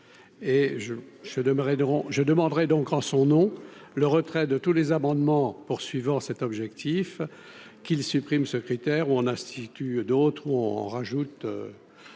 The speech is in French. je demanderai donc en son nom, le retrait de tous les amendements poursuivant cet objectif qu'ils suppriment secrétaire ou en institut, d'autres où on en rajoute